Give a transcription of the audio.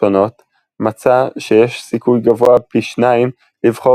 שונות מצא שיש סיכוי גבוה פי שניים לבחור